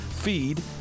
feed